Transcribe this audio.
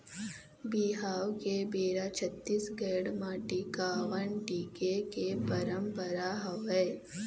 बिहाव के बेरा छत्तीसगढ़ म टिकावन टिके के पंरपरा हवय